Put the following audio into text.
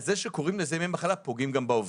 כשקוראים לזה ימי מחלה פוגעים גם בעובדים.